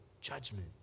judgment